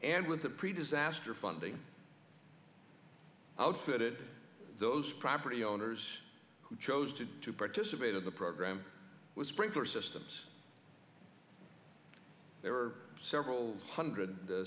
and with the pre disaster funding outfitted those property owners who chose to participate in the program with sprinkler systems there are several hundred